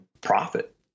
profit